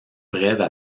brèves